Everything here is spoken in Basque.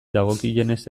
dagokienez